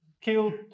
killed